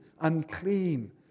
unclean